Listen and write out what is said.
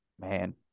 Man